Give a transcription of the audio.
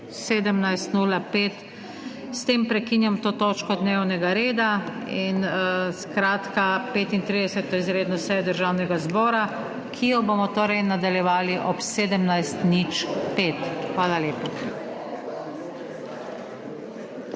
redu? S tem prekinjam to točko dnevnega reda in skratka 35. izredno sejo Državnega zbora, ki jo bomo torej nadaljevali ob 17.05. Hvala lepa.